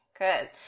Good